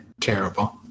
terrible